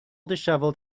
dishevelled